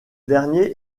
dernier